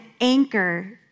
anchor